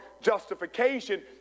justification